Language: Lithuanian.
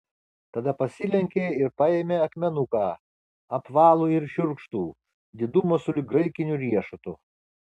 tada pasilenkė ir paėmė akmenuką apvalų ir šiurkštų didumo sulig graikiniu riešutu